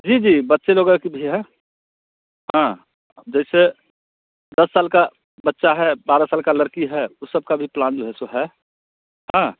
जी जी बच्चे लोगों के भी है हाँ अब जैसे दस साल का बच्चा है बारह साल की लड़की है उन सब का भी प्लान जो है सो है हाँ